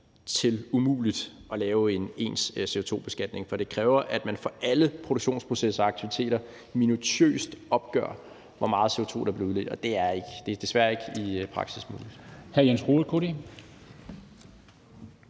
umuligt at lave en ens CO2-beskatning, for det kræver, at man for alle produktionsprocesser og aktiviteter minutiøst opgør, hvor meget CO2 der bliver udledt, og det er desværre ikke muligt